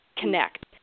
connect